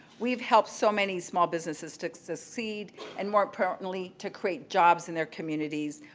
we've helped so many small businesses to succeed and more importantly to create jobs in their communities.